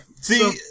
see